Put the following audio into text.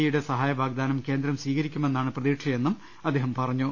ഇയുടെ സഹായ വാഗ്ദാനം കേന്ദ്രം സ്വീകരിക്കുമെന്നാണ് പ്രതീക്ഷയെന്നും അദ്ദേഹം പറഞ്ഞു